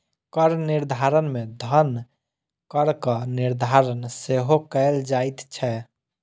कर निर्धारण मे धन करक निर्धारण सेहो कयल जाइत छै